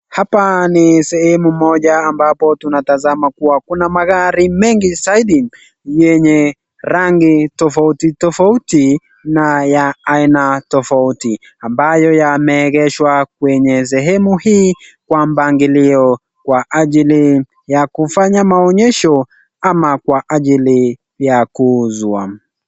Hapa ni seheu moja ambapotunatazama kuwa kuna magari mengi zaidi yenye nrangi tofauti tofauti na ya aina tofauti ambayo yameegeshwa kwenye sehemu hii kwa mpangilio kwa ajili ya kufanya maonyesho ama kwa ajali ya kuuzwa.